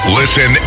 listen